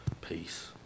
peace